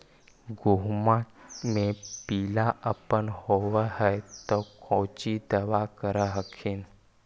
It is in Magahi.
गोहुमा मे पिला अपन होबै ह तो कौची दबा कर हखिन?